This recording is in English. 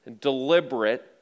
deliberate